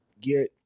Get